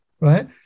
right